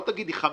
לא תגידי 6,